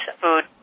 food